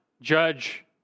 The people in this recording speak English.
judge